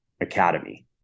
academy